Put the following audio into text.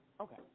Okay